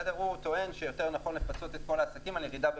הוא טוען שיותר נכון לפצות את כל העסקים על ירידה במחזורים.